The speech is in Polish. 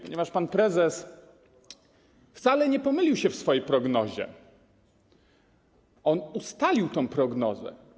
Pan prezes wcale nie pomylił się w swojej prognozie, on ustalił tę prognozę.